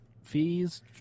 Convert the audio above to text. fees